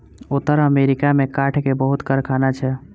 उत्तर अमेरिका में काठ के बहुत कारखाना छै